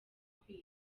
kwiga